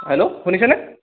hello শুনিছেনে